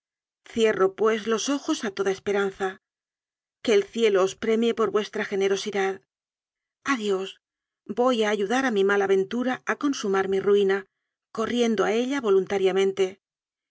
cierro pues los ojos a toda espe ranza que el cielo os premie por vuestra ge nerosidad adiós voy a ayudar a mi mala ven tura a consumar mi ruina corriendo a ella